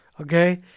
Okay